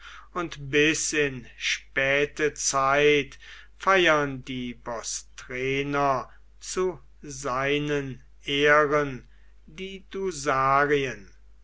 und bis in späte zeit feiern die bostrener zu seinen ehren die